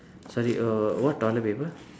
sorry err what toilet paper